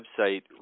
website